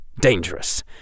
dangerous